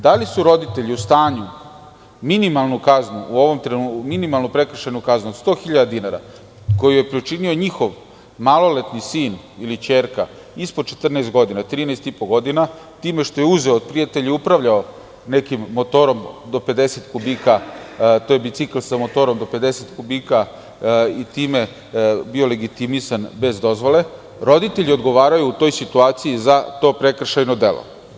Da li su roditelji u stanju minimalnu prekršajnu kaznu od 100.000, u ovom trenutku, koju je pričinio njihov maloletni sin ili kćerka ispod 14 godina, 13 i po godina, time što je uzeo od prijatelja i upravljao nekim motorom do 50 kubika, to je bicikl sa motorom do 50 kubika, i time bio legitimisan bez dozvole, roditelji odgovaraju u toj situaciji za to prekršajno delo?